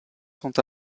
sont